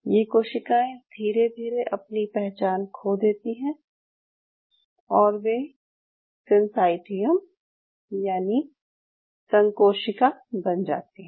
ये कोशिकाएँ धीरे धीरे अपनी पहचान खो देती हैं और वे सिनसायटिएम यानि संकोशिका बन जाती हैं